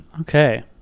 Okay